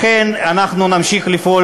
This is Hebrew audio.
לכן אנחנו נמשיך לפעול,